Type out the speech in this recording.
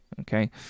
okay